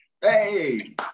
Hey